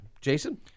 Jason